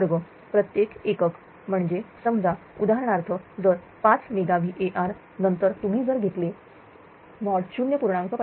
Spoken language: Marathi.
952 प्रत्येक एकक म्हणजे समजाउदाहरणार्थ जर 5 मेगाVAr नंतर तुम्ही जर घेतले 0